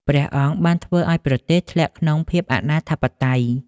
ព្រះអង្គបានធ្វើឱ្យប្រទេសធ្លាក់ក្នុងភាពអនាធិបតេយ្យ។